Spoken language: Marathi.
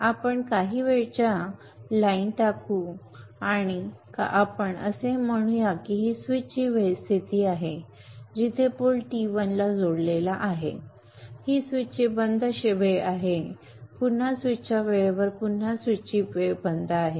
आपण काही वेळेच्या लाईन टाकू आणि आपण असे म्हणूया की ही स्विचची वेळ आहे जिथे पोल T1 ला जोडलेला आहे ही स्विचची बंद वेळ आहे पुन्हा स्विचच्या वेळेवर पुन्हा स्विचची वेळ बंद आहे